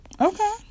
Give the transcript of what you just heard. Okay